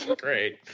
great